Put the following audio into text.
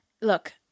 look